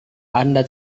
anda